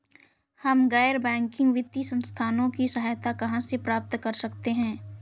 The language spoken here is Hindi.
हम गैर बैंकिंग वित्तीय संस्थानों की सहायता कहाँ से प्राप्त कर सकते हैं?